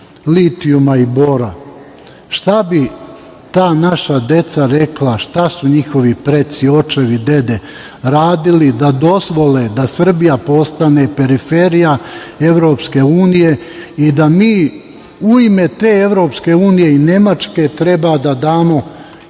litijuma i bora? Šta bi ta naša deca rekla, šta su njihovi preci, očevi, dede radili da dozvole da Srbija postane periferija Evropske Unije i da mi u ime te Evropske Unije i Nemačke treba da damo